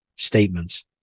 statements